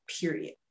period